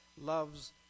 loves